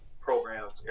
programs